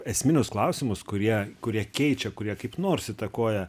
esminius klausimus kurie kurie keičia kurie kaip nors įtakoja